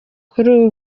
kuri